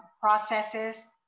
processes